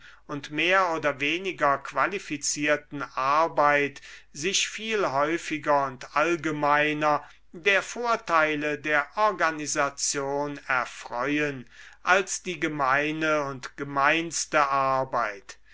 und mehr oder weniger qualifizierten arbeit sich viel häufiger und allgemeiner der vorteile der organisation erfreuen als die gemeine und gemeinste arbeit